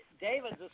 David's